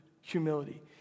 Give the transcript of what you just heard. humility